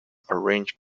arranged